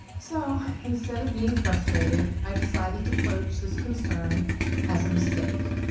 so instead of being frustrated, i decided to broach this concern as a mistake.